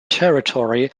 territory